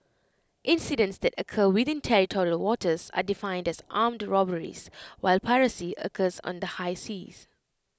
incidents that occur within territorial waters are defined as armed robberies while piracy occurs on the high seas